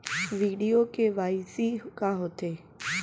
video KYC का होथे